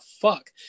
fuck